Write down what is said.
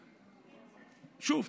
שוב,